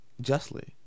Justly